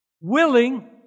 willing